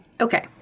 Okay